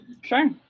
Sure